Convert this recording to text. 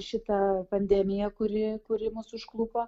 šitą pandemiją kuri kuri mus užklupo